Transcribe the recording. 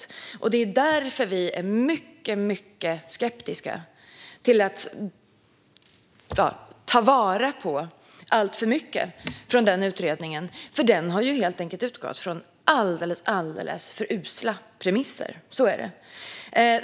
Det är därför som vi är mycket skeptiska till att ta vara på alltför mycket från utredningen. Den har helt enkelt utgått från alldeles för usla premisser. Så är det.